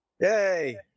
Yay